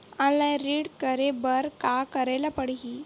Online ऋण करे बर का करे ल पड़हि?